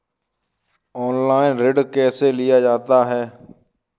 Online ऋण कैसे लिया जाता है?